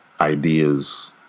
ideas